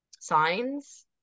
signs